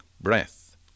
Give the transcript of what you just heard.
breath